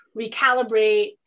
recalibrate